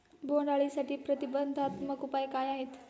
बोंडअळीसाठी प्रतिबंधात्मक उपाय काय आहेत?